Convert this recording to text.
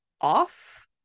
off